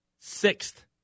sixth